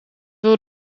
veel